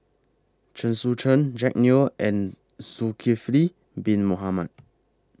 Chen Sucheng Jack Neo and Zulkifli Bin Mohamed